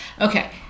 Okay